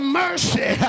mercy